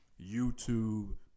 YouTube